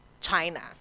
China